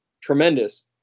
tremendous